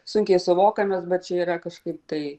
sunkiai suvokiamas bet čia yra kažkaip tai